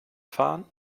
fahren